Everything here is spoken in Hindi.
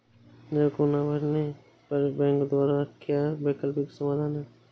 ऋण को ना भरने पर बैंकों द्वारा क्या वैकल्पिक समाधान हैं?